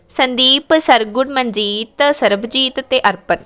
ਸੰਦੀਪ ਸਰਗੁਣ ਮਨਜੀਤ ਸਰਬਜੀਤ ਅਤੇ ਅਰਪਨ